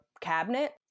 cabinet